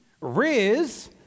Riz